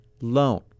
loan